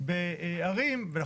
בערים שהייתה התקדמות של תמ"א 38,